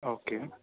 okay